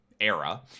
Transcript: era